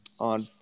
on